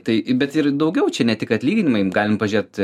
tai bet ir daugiau čia ne tik atlyginimai galim pažėt